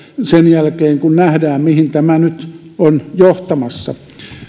sen jälkeen kun nähdään mihin tämä nyt on johtamassa